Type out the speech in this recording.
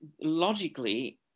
logically